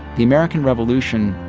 the american revolution,